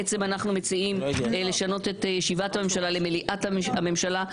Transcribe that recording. בעצם אנחנו מציעים לשנות את ישיבת הממשלה למליאת הממשלה,